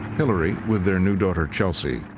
hillary, with their new daughter chelsea,